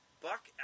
Buck